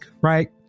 right